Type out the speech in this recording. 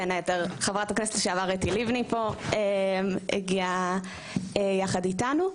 בין היתר חברת הכנסת לשעבר אתי לבני פה הגיעה יחד איתנו,